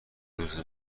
روز